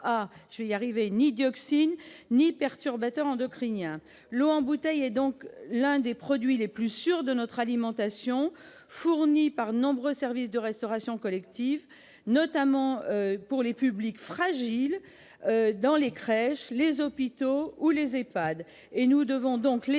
ni bisphénol A, ni dioxines, ni perturbateurs endocriniens. L'eau en bouteille est donc l'un des produits les plus sûrs de notre alimentation, fournie par de nombreux services de restauration collective, notamment pour les publics fragiles, dans les crèches, les hôpitaux ou les EHPAD, les